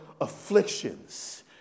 afflictions